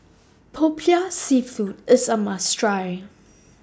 Popiah Seafood IS A must Try